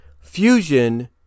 fusion